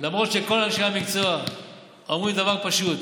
למרות שכל אנשי המקצוע אומרים דבר פשוט: